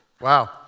Wow